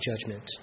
judgment